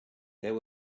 there